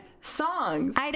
songs